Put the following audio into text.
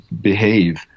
behave